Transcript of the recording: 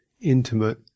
intimate